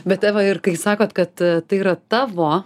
bet eva ir kai sakot kad tai yra tavo